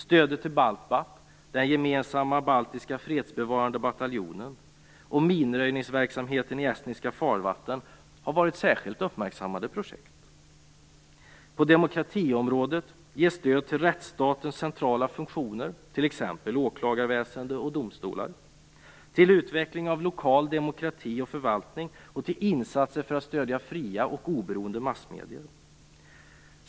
Stödet till Baltbat - den gemensamma baltiska fredsbevarande bataljonen - och minröjningsverksamheten i estniska farvatten har varit särskilt uppmärksammade projekt. På demokratiområdet ges stöd till rättsstatens centrala funktioner, t.ex. åklagarväsende och domstolar, till utveckling av lokal demokrati och förvaltning och till insatser för att stödja fria och oberoende massmedier.